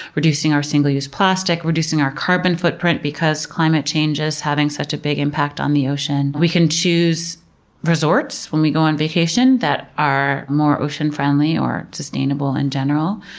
reducing our single use plastic, reducing our carbon footprint because climate change is having such a big impact on the ocean. we can choose resorts when we go on vacation that are more ocean-friendly or sustainable in general.